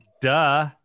Duh